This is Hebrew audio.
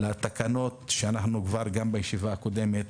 לתקנות שכבר בישיבה הקודמת